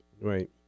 right